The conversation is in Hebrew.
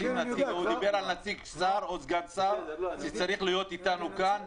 הוא דיבר על שר או סגן שר שצריכים להיות אתנו כאן,